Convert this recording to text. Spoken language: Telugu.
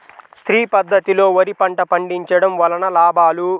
శ్రీ పద్ధతిలో వరి పంట పండించడం వలన లాభాలు?